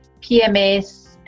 PMS